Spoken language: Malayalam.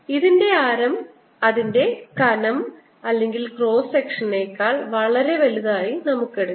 ഇതിന്റെ ആരം അതിൻറെ കാനം അല്ലെങ്കിൽ ക്രോസ് സെക്ഷനെക്കാൾ വളരെ വലുതായി നമുക്ക് എടുക്കാം